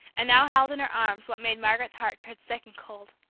and now held in her arms what made margaret's heart turn sick and cold,